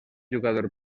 jugador